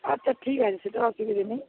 আচ্ছা ঠিক আছে সেটা অসুবিধে নেই